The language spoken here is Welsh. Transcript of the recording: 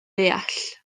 ddeall